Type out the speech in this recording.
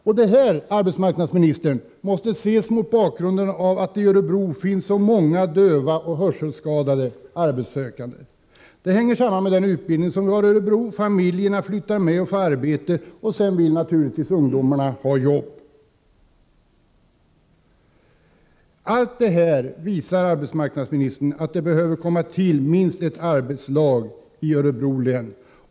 Det här förhållandet, arbetsmarknadsministern, måste ses mot bakgrund av att det i Örebro finns så många döva och hörselskadade arbetssökande. Detta hänger samman med den utbildning som förekommer i Örebro. Familjerna flyttar med och får arbete, och sedan vill naturligtvis ungdomarna ha jobb. Allt det här visar, arbetsmarknadsministern, att det behöver komma till minst ett arbetslag i Örebro län.